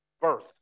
birth